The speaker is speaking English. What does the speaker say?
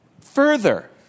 Further